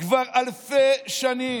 כבר אלפי שנים,